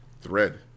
thread